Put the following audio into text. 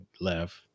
left